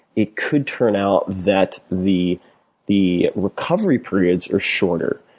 it could turn out that the the recovery periods are shorter.